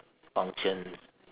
functions